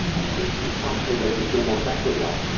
i think it's possible that there's no more cracker meal.